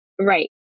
right